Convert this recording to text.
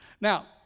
Now